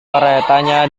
keretanya